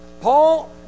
Paul